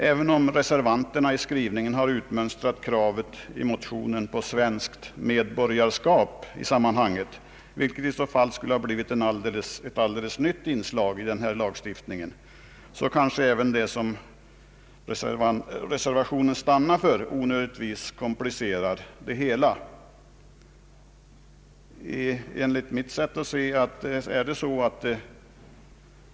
Även om reservanterna i skrivningen har utmönstrat motionens krav på svenskt medborgarskap, något som i så fall skulle ha blivit ett alldeles nytt in slag i den här lagstiftningen, så kanske även den ordning som reservanterna stannat för onödigtvis komplicerar det hela.